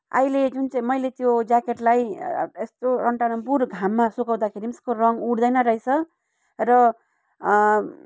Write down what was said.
अहिले जुन चाहिँ मैले त्यो ज्याकेटलाई यस्तो टन्टलापुर घाममा सुकाउँदाखेरि पनि त्यसको रङ्ग उड्दैन रहेछ र